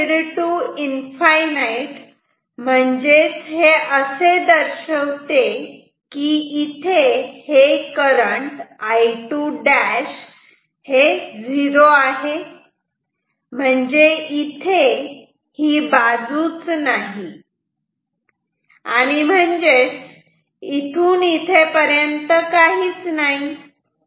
हा Z2 infinite म्हणजेच हे असे दर्शवते की इथे हे करंट I2' 0 आहे म्हणजे इथे हे ही बाजूच नाही म्हणजेच इथून इथेपर्यंत काहीच नाही